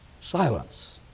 Silence